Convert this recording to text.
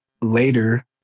later